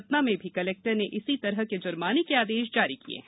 सतना में भी कलेक्टर ने इसी तरह के ज्माने के आदेश जारी किए हैं